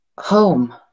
home